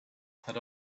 had